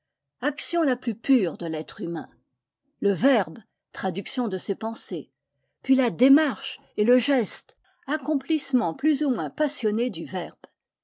action la plus pure de l'être humain le verbe traduction de ses pensées puis la démarche et le geste accomplissement plus ou moins passionné du verbe